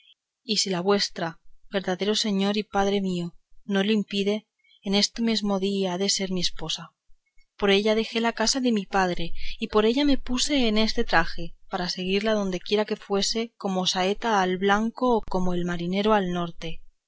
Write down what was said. y si la vuestra verdadero señor y padre mío no lo impide en este mesmo día ha de ser mi esposa por ella dejé la casa de mi padre y por ella me puse en este traje para seguirla dondequiera que fuese como la saeta al blanco o como el marinero al norte